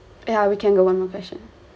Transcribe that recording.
yeah we can go on vacation